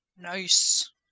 Nice